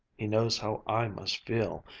he knows how i must feel.